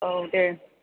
औ दे